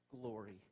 glory